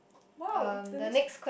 !wow! the next